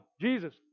Jesus